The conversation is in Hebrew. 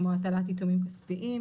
עיצומים כספיים.